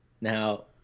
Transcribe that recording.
Now